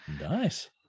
nice